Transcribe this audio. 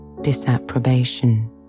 disapprobation